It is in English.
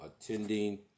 attending